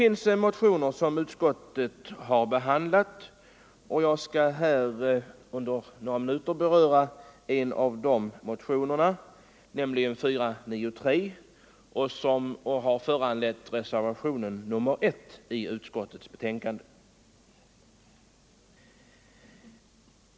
Övriga motioner har behandlats av utskottet, och jag skall under några minuter beröra en av dessa, nämligen motionen 493, som har föranlett reservationen 1 vid utskottets betänkande.